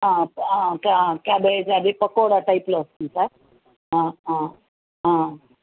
cabbage అది పకోడా టైప్లో వస్తుంది సార్